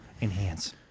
Enhance